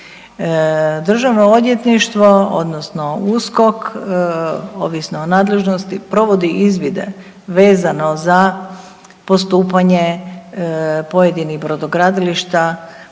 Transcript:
Državno odvjetništvo odnosno USKOK ovisno o nadležnosti provodi izvide vezano za postupanje pojedinih brodogradilišta odnosno